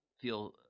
feel